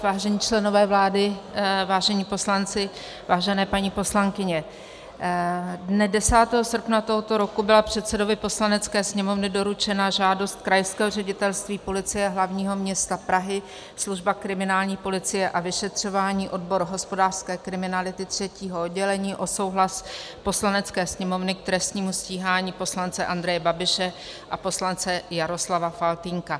Vážení členové vlády, vážení poslanci, vážené paní poslankyně, dne 10. srpna tohoto roku byla předsedovi Poslanecké sněmovny doručena žádost Krajského ředitelství Policie hlavního města Prahy, Služba kriminální policie a vyšetřování, odbor hospodářské kriminality, třetího oddělení o souhlas Poslanecké sněmovny k trestnímu stíhání poslance Andreje Babiše a poslance Jaroslava Faltýnka.